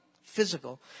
physical